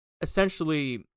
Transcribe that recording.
essentially